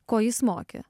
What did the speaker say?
ko jis mokė